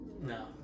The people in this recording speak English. No